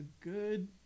good